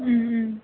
उम उम